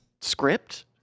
script